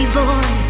boy